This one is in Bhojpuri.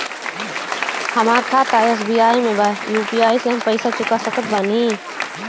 हमारा खाता एस.बी.आई में बा यू.पी.आई से हम पैसा चुका सकत बानी?